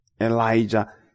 Elijah